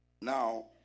Now